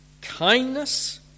kindness